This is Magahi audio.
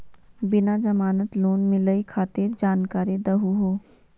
बिना जमानत लोन मिलई खातिर जानकारी दहु हो?